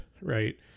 right